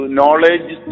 Knowledge